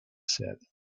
said